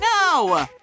No